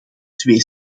twee